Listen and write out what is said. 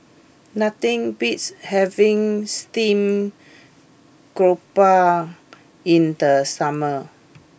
nothing beats having Steamed Garoupa in the summer